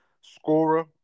scorer